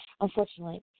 Unfortunately